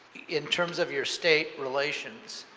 in terms of your state relations,